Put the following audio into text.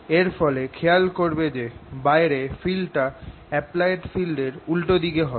এর ফলে খেয়াল করবে যে বাইরে ফিল্ডটা অ্যাপ্লায়েড ফিল্ড এর উল্টো দিকে হবে